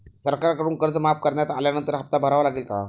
सरकारकडून कर्ज माफ करण्यात आल्यानंतर हप्ता भरावा लागेल का?